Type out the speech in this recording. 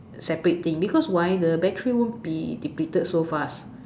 separate thing because why the battery won't be depleted so fast